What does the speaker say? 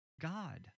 God